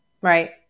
right